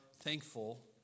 thankful